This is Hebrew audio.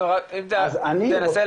נסה